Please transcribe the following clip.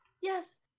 Yes